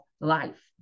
life